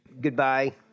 Goodbye